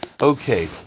Okay